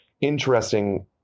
interesting